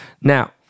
now